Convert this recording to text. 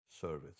service